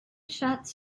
shots